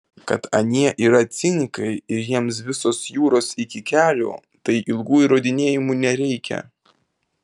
kad anie yra cinikai ir jiems visos jūros iki kelių tai ilgų įrodinėjimų nereikia